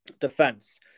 defense